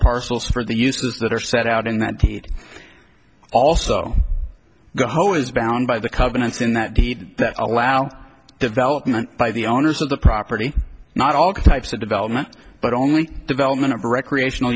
parcels for the uses that are set out in that deed also go whoa is bound by the covenants in that deed that allow development by the owners of the property not all types of development but only development of recreational